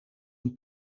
een